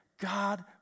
God